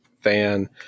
fan